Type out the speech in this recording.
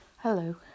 Hello